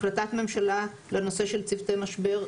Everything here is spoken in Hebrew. החלטת ממשלה לנושא של צוותי משבר.